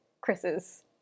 Chris's